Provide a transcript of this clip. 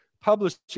publishing